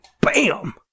bam